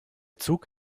zug